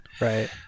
right